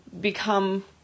become